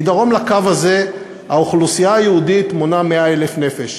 מדרום לקו הזה האוכלוסייה היהודית מונה 100,000 נפש.